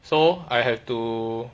so I have to